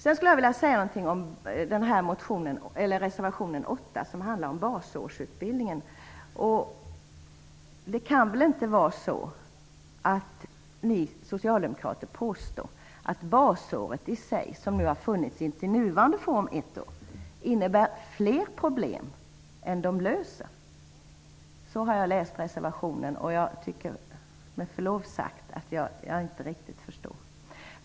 Jag skulle vilja säga något om reservation 8, som handlar om basårsutbildningen. Det kan väl inte vara så som ni socialdemokrater påstår att basårsutbildningen i sig, som har funnits i sin nuvarande form ett år, innebär fler problem än den löser. Så har jag läst reservationen. Jag tycker med förlov sagt att jag inte riktigt förstår.